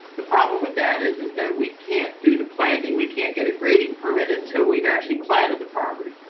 the problem with that is is that we can't do the planting, we can't get a grading permit until we've actually planted the property.